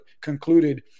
concluded